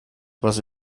was